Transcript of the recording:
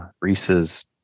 Reese's